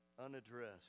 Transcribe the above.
unaddressed